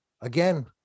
Again